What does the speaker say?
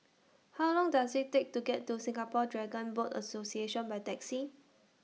How Long Does IT Take to get to Singapore Dragon Boat Association By Taxi